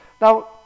Now